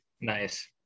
Nice